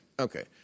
Okay